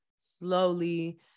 slowly